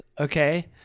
Okay